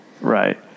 right